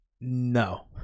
No